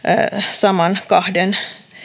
saman kahden